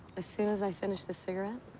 as soon as i finish this cigarette,